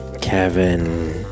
Kevin